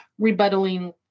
rebuttaling